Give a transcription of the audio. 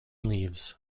leaves